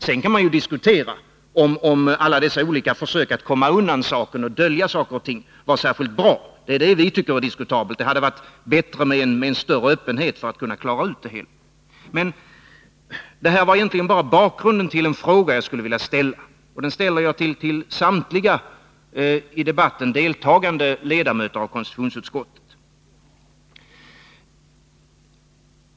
Sedan kan man diskutera, om alla dessa olika försök att komma undan och dölja saker och ting var särskilt bra — det tycker vi är diskutabelt. Det hade varit bättre med en större öppenhet för att klara ut det hela. Det här var egentligen bara bakgrunden till en fråga jag skulle vilja ställa till samtliga i debatten deltagande ledamöter av konstitutionsutskottet.